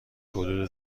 حدود